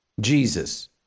Jesus